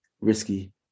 risky